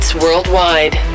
worldwide